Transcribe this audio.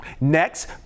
Next